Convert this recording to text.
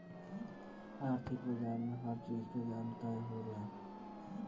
आर्थिक बाजार में हर चीज के दाम तय होला